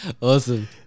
Awesome